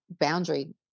boundary